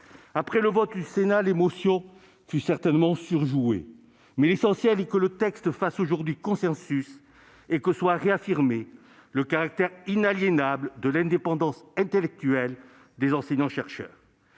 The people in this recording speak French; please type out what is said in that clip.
Après le vote du Sénat, l'émotion fut certainement surjouée, mais l'essentiel est que le texte fasse aujourd'hui consensus et que soit réaffirmé le caractère inaliénable de l'indépendance intellectuelle des enseignants-chercheurs.